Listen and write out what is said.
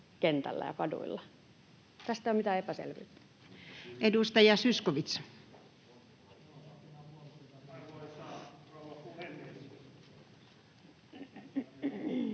Tästä ei ole mitään epäselvyyttä.